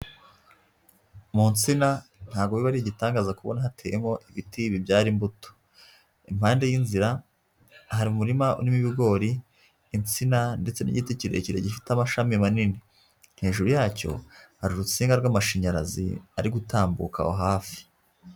Mu ntsina ntabwo biba ari igitangaza kubona hateyemo ibiti bibyara imbuto. Impande y'inzira hari umurima urimo ibigori, insina ndetse n'igiti kirekire gifite amashami manini. Hejuru yacyo, hari urusinga rw'amashanyarazi ari gutambuka aho hafi.